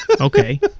Okay